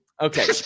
Okay